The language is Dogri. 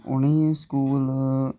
उ'नेंई स्कूल